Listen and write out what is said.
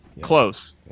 Close